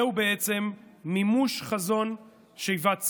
זהו בעצם מימוש חזון שיבת ציון.